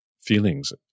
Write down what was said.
feelings